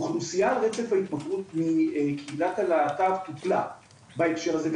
אוכלוסיה על רצף ההתמכרות בקהילת הלהט"ב טופלה בהקשר הזה,